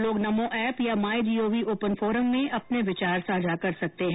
लोग नमो ऐप या my gov open forum में अपने विचार साझा कर सकते हैं